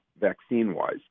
vaccine-wise